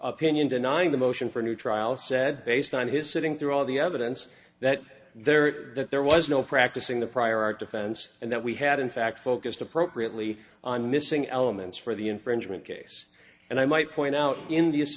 opinion denying the motion for a new trial said based on his sitting through all the evidence that there that there was no practicing the prior art defense and that we had in fact focused appropriately on missing elements for the infringement case and i might point out in th